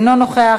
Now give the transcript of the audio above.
אינו נוכח,